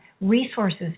resources